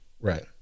Right